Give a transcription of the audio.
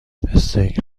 استیک